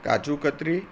કાજુ કતરી